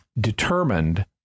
determined